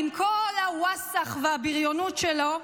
עם כל הוואסח והבריונות שלו,